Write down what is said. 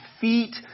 feet